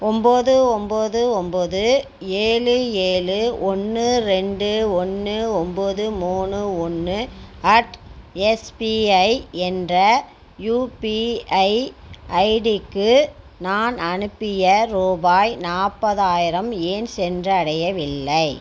ஒம்பது ஒம்பது ஒம்பது ஏழு ஏழு ஒன்று ரெண்டு ஒன்று ஒம்பது மூணு ஒன்று அட் எஸ்பிஐ என்ற யூபிஐ ஐடிக்கு நான் அனுப்பிய ரூபாய் நாற்பதாயிரம் ஏன் சென்றடையவில்லை